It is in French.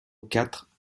quatre